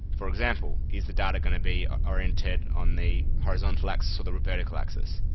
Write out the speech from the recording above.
for example, is the data going to be orientated on the horizontal axis or the vertical axis.